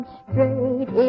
straight